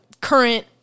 current